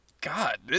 God